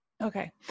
Okay